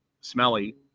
smelly